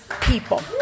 people